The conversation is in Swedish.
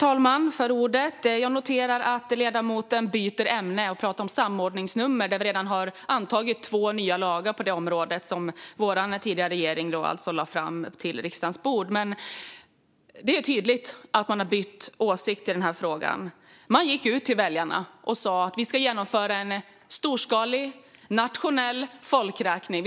Herr talman! Jag noterar att ledamoten byter ämne och pratar om samordningsnummer, där vi redan har antagit två nya lagar på området - framlagda på riksdagens bord av den tidigare regeringen. Det är tydligt att man har bytt åsikt i frågan. Man gick ut till väljarna och sa att det skulle genomföras en storskalig nationell folkräkning.